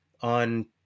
on